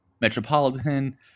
Metropolitan